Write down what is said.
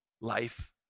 life